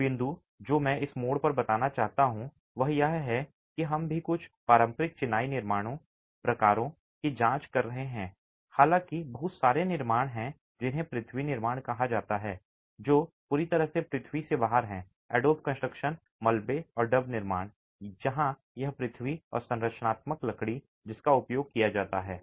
एक बिंदु जो मैं इस मोड़ पर बनाना चाहता हूं वह यह है कि हम भी कुछ पारंपरिक चिनाई निर्माण प्रकारों की जांच कर रहे हैं हालाँकि बहुत सारे निर्माण हैं जिन्हें पृथ्वी निर्माण कहा जाता है जो पूरी तरह से पृथ्वी से बाहर है एडोब कंस्ट्रक्शन मलबे और डब निर्माण जहाँ यह पृथ्वी और संरचनात्मक लकड़ी है जिसका उपयोग किया जाता है